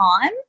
time